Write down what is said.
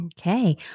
Okay